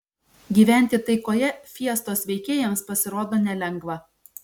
gyventi taikoje fiestos veikėjams pasirodo nelengva